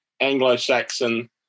Anglo-Saxon